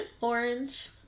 Orange